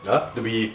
ya to be